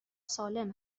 سالم